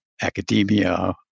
academia